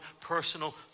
personal